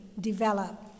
develop